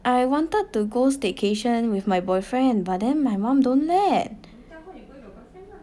I wanted to go staycation with my boyfriend but then my mum don't let